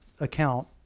account